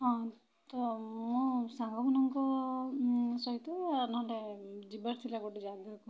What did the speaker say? ହଁ ତ ମୁଁ ସାଙ୍ଗମାନଙ୍କ ସହିତ ନ ହେଲେ ଯିବାର ଥିଲା ଗୋଟେ ଜାଗାକୁ